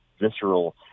visceral